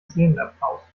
szenenapplaus